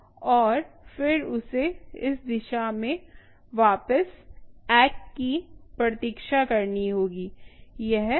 और फिर उसे इस दिशा में वापस ैक की प्रतीक्षा करनी होगी यह ैक है